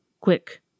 Quick